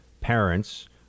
parents